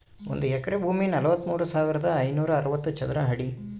ಒಂದು ಎಕರೆ ಭೂಮಿ ನಲವತ್ಮೂರು ಸಾವಿರದ ಐನೂರ ಅರವತ್ತು ಚದರ ಅಡಿ